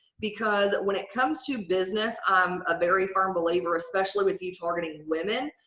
because when it comes to business, i'm a very firm believer especially with you targeting women,